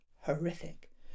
horrific